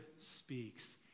speaks